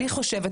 אני חושבת,